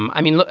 um i mean,